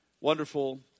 wonderful